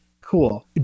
cool